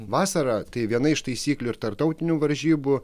vasarą tai viena iš taisyklių ir tarptautinių varžybų